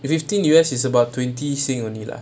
with fifteen U_S is about twenty sin only lah